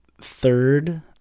third